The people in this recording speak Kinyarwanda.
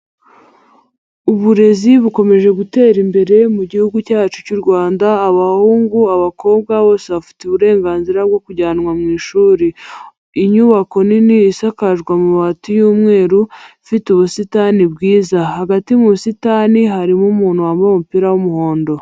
Uburezi bukomeje gutera imbere mu gihugu cyacu cy'u Rwanda. Abahungu, abakobwa bose bafite uburenganzira bwo kujyanwa mu ishuri, inyubako nini isakajwe amabati y'umweru, ifite ubusitani bwiza hagati mu busitani harimo umuntu wambaye umupira w'umuhondo.